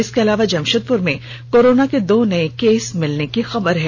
इसके अलावा जमषेदपुर में कोरोना के दो नये केस मिलने की खबर है